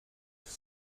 سالن